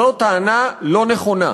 זאת טענה לא נכונה.